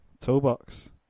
toolbox